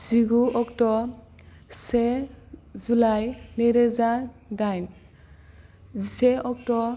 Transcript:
जिगु अक्ट' से जुलाय नैरोजा दाइन जिसे अक्ट'